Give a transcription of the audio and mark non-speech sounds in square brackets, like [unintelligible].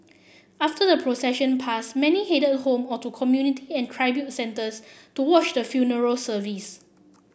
after the procession pass many headed home or to community and [unintelligible] centres to watch the funeral service